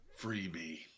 freebie